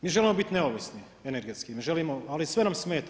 Mi želimo biti neovisni energetski, ne želimo ali sve nam smeta.